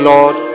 Lord